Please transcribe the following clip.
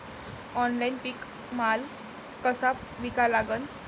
Online पीक माल कसा विका लागन?